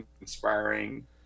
inspiring